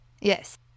yes